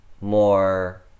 more